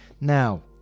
Now